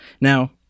Now